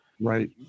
Right